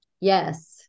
Yes